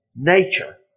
Nature